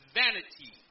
vanity